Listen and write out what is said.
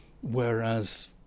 whereas